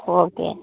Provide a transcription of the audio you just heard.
okay